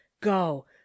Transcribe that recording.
go